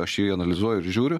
aš jį analizuoju ir žiūriu